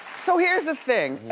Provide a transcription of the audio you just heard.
so here's the thing.